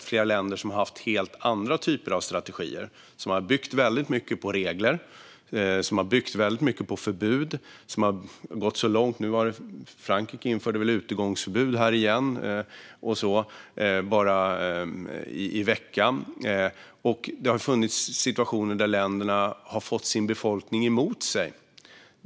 Flera länder har haft helt andra typer av strategier, som har byggt väldigt mycket på regler och förbud och gått väldigt långt - till exempel Frankrike införde väl utegångsförbud igen nu i veckan - och det har funnits situationer där dessa länder har fått sin befolkning emot sig.